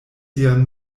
sian